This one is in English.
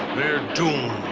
they're doomed.